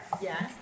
Yes